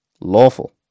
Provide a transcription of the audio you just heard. lawful